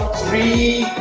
three